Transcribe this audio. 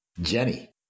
Jenny